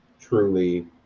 truly